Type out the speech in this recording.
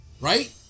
Right